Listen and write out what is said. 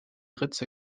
ritze